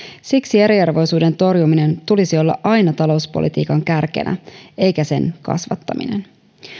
siksi eriarvoisuuden torjumisen tulisi olla aina talouspolitiikan kärkenä ei sen kasvattaminen